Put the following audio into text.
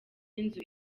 n’inzu